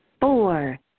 Four